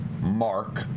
Mark